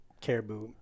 caribou